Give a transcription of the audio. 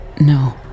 No